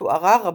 תוארה רבות,